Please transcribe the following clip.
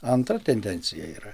antra tendencija yra